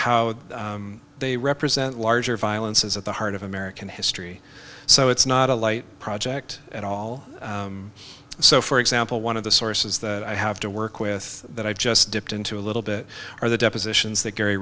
how they represent larger violence is at the heart of american history so it's not a light project at all so for example one of the sources that i have to work with that i've just dipped into a little bit are the depositions that gary